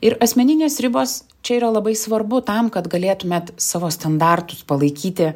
ir asmeninės ribos čia yra labai svarbu tam kad galėtumėt savo standartus palaikyti